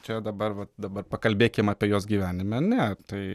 čia dabar vat dabar pakalbėkim apie jos gyvenime ne tai